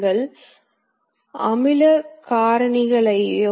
இதில் ஏதாவது ஒன்று தயாரிக்கப்படும்